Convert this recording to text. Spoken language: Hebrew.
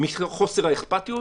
מחוסר האכפתיות